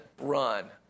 run